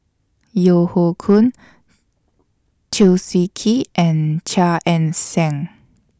Yeo Hoe Koon Chew Swee Kee and Chia Ann Siang